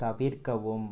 தவிர்க்கவும்